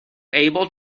able